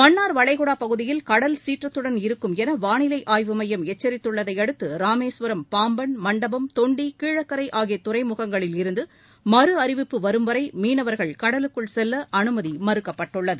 மன்னார் வளைகுடா பகுதியில் கடல் சீற்றத்துடன் இருக்கும் என வானிலை ஆய்வுமையம் தொண்டி கீழக்கரை எச்சித்துள்ளதை அடுத்து ராமேஸ்வரம் பாம்பன் மண்டபம் ஆகிய துறைமுகங்களிலிருந்து மறு அறிவிப்பு வரும்வரை மீனவர்கள் கடலுக்குள் செல்ல அனுமதி மறுக்கப்பட்டுள்ளது